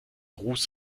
ruß